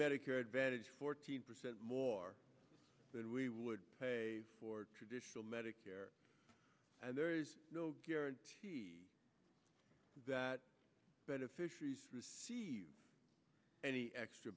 medicare advantage fourteen percent more than we would pay for traditional medicare and there is no guarantee that beneficiaries receive any extra